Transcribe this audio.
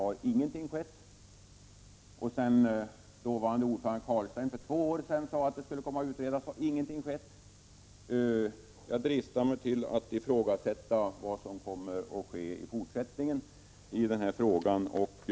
Efter det att utskottets dåvarande ordförande, herr Carlstein, för två år sedan sade att frågan skulle utredas har inget skett. Jag dristar mig till att ifrågasätta att något kommer att ske i fortsättningen.